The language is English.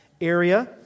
area